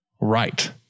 Right